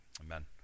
Amen